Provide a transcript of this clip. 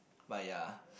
but ya